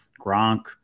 Gronk